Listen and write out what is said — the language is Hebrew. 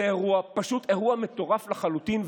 זה פשוט אירוע מטורף לחלוטין.